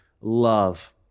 love